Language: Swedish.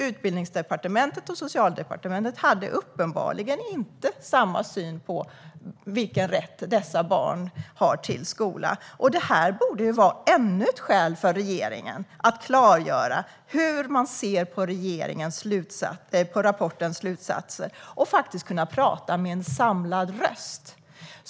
Utbildningsdepartementet och Socialdepartementet hade uppenbarligen inte samma syn på vilken rätt dessa barn har till skola. Det här borde vara ännu ett skäl för regeringen att klargöra hur den ser på rapportens slutsatser för att kunna tala med samlad röst.